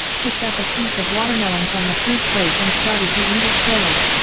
picked up a piece of watermelon from the fruit plate and started to eat it slowly.